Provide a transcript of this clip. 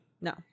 No